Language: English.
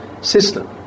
system